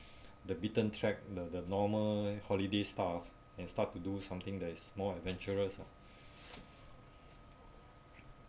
the beaten track the the normal holiday stuff and start to do something that is more adventurous ah